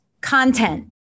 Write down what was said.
content